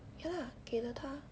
ya lah 给了他